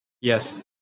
Yes